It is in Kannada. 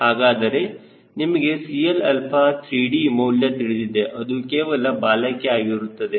ಹಾಗಾದರೆ ನಿಮಗೆ 𝐶Lα3d ಮೌಲ್ಯ ತಿಳಿದಿದೆ ಅದು ಕೇವಲ ಬಾಲಕ್ಕೆ ಆಗಿರುತ್ತದೆ